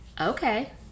Okay